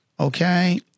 Okay